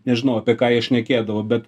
nežinau apie ką jie šnekėdavo bet